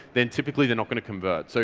then typically they're not going to convert. so